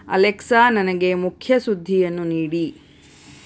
Alexa ನನಗೆ ಮುಖ್ಯ ಸುದ್ದಿಯನ್ನು ನೀಡಿ